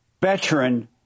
veteran